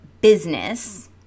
business